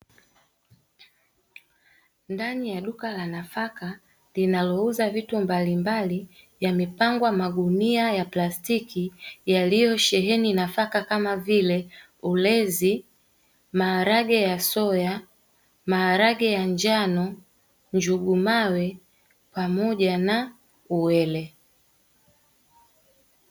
Ndani ya duka la nafaka linalouza vitu mbalimbali yamepangwa magunia ya plastiki yaliyosheheni nafaka kama vile: ulezi, maharage ya soya, maharage ya njano, njugu mawe pamoja na uwele.